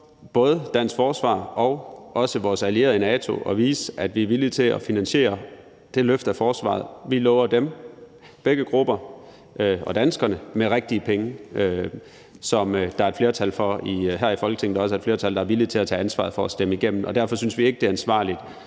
både dansk forsvar og vores allierede i NATO at vise, at vi er villige til at finansiere det løft af forsvaret, vi lover dem, altså begge grupper og danskerne, med rigtige penge, som der er et flertal for her i Folketinget, og som der også er et flertal, der er villige til at tage ansvaret for at stemme igennem. Derfor synes vi ikke, det er ansvarligt